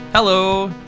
Hello